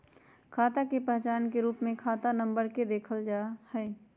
खाता के पहचान के रूप में खाता नम्बर के देखल जा हई